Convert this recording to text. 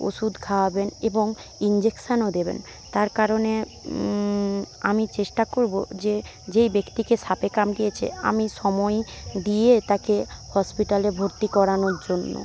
ওষুধ খাওয়াবেন এবং ইঞ্জেকশানও দেবেন তার কারণে আমি চেষ্টা করব যে যেই ব্যক্তিকে সাপে কামড়েছে আমি সময় দিয়ে তাকে হসপিটালে ভর্তি করানোর জন্য